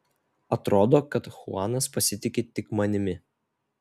atrodo kad chuanas pasitiki tik manimi